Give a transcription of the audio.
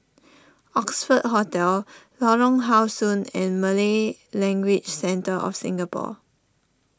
Oxford Hotel Lorong How Sun and Malay Language Centre of Singapore